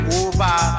over